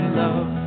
love